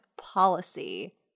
policy